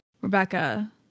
Rebecca